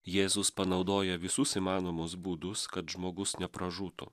jėzus panaudoja visus įmanomus būdus kad žmogus nepražūtų